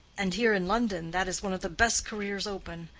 and here in london that is one of the best careers open.